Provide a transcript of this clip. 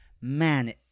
man